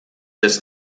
des